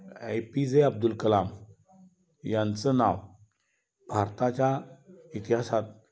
APJ Abdul Kalam यांचं नाव भारताच्या इतिहासात